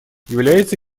является